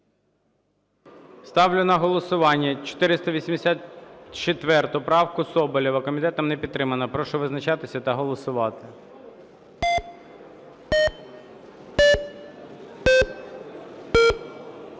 Ставлю на голосування 484 правку Соболєва. Комітетом не підтримана. Прошу визначатися та голосувати.